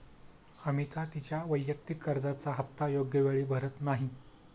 अमिता तिच्या वैयक्तिक कर्जाचा हप्ता योग्य वेळी भरत नाही